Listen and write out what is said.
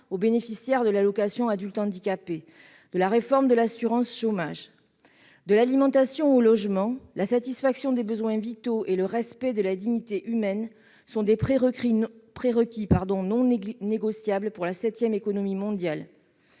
-aux bénéficiaires de l'allocation aux adultes handicapés AAH, de la réforme de l'assurance chômage. De l'alimentation au logement, la satisfaction des besoins vitaux et le respect de la dignité humaine sont des prérequis non négociables pour la septième économie mondiale.